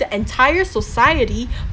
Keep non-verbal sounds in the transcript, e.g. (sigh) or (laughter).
the entire society (breath)